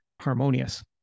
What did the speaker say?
harmonious